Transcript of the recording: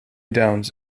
downs